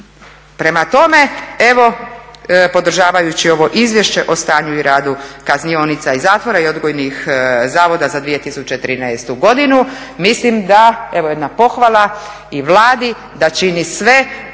Prema tome, evo podržavajući ovo izvješće o stanju i radu kaznionica i zatvora i odgojnih zavoda za 2013. godinu mislim da, evo jedna pohvala i Vladi da čini sve